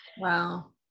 Wow